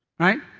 right?